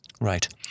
Right